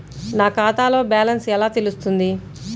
నా ఖాతాలో బ్యాలెన్స్ ఎలా తెలుస్తుంది?